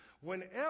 Whenever